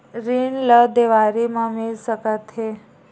ऋण ला देवारी मा मिल सकत हे